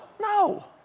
No